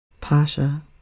Pasha